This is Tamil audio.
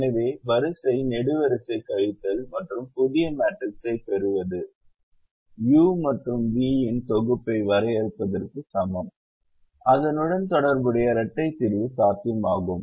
எனவே வரிசை நெடுவரிசை கழித்தல் மற்றும் புதிய மேட்ரிக்ஸைப் பெறுவது u மற்றும் v இன் தொகுப்பை வரையறுப்பதற்கு சமம் அதனுடன் தொடர்புடைய இரட்டை தீர்வு சாத்தியமாகும்